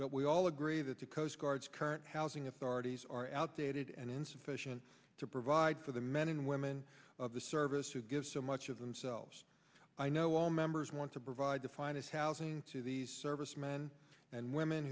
but we all agree that the coast guard's current housing authorities are outdated and insufficient to provide for the men and women of the service who give so much of themselves i know all members want to provide the finest housing to these servicemen and women